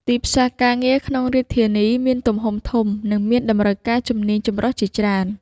ទីផ្សារការងារក្នុងរាជធានីមានទំហំធំ និងមានតម្រូវការជំនាញចម្រុះជាច្រើន។